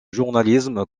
journalisme